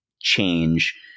change